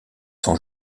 son